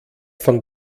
von